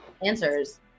answers